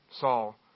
Saul